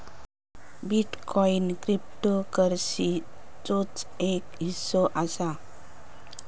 bitcoin क्रिप्टोकरंसीचोच एक हिस्सो असा